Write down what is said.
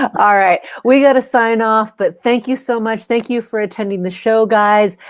all right, we've got to sign off but thank you so much. thank you for attending the show guys.